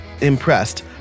impressed